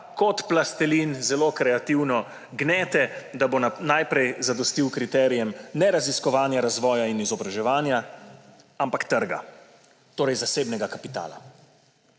kot plastelin zelo kreativno gnete, da bo najprej zadostil kriterijem ne raziskovanja razvoja in izobraževanja, ampak trga, torej zasebnega kapitala.